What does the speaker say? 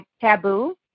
taboo